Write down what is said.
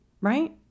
Right